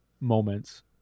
moments